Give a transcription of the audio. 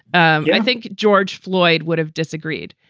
i think george floyd would have disagreed.